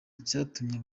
icyatumye